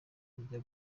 ijya